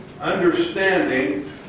understanding